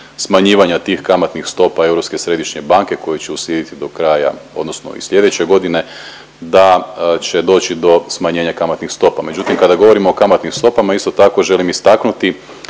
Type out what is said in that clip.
smanjivanja tih kamatnih stopa Europske središnje banke koji će uslijediti do kraja, odnosno i sljedeće godine da će doći do smanjenja kamatnih stopa. Međutim, kada govorimo o kamatnim stopama isto tako želim istaknuti